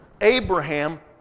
Abraham